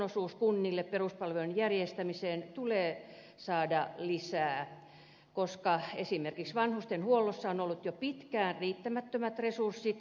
valtionosuutta kunnille peruspalvelujen järjestämiseen tulee saada lisää koska esimerkiksi vanhustenhuollossa on ollut jo pitkään riittämättömät resurssit